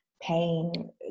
pain